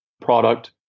product